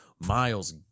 Miles